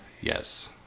yes